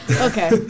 okay